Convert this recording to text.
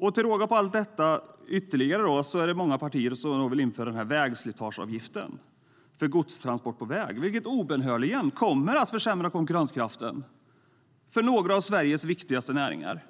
Dessutom vill flera partier införa vägslitageavgift för godstransport på väg, vilket obönhörligen kommer att försämra konkurrenskraften för några av Sveriges viktigaste näringar.